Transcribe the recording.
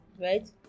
right